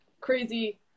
crazy